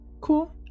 cool